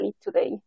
today